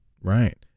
Right